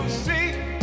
see